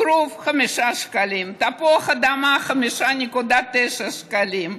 כרוב, 5 שקלים, תפוח אדמה, 5.9 שקלים,